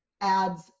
adds